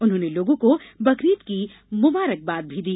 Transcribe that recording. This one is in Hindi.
उन्होंने लोगों को बकरीद की मुबारकबाद दी